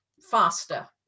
faster